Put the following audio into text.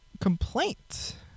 complaint